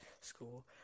school